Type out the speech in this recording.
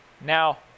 now